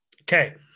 Okay